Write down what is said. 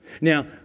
Now